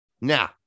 Now